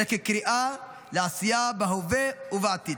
אלא כקריאה לעשייה בהווה ובעתיד.